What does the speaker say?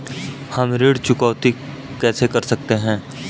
हम ऋण चुकौती कैसे कर सकते हैं?